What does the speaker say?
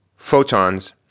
Photons